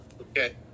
Okay